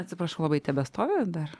atsiprašau labai tebestovi dar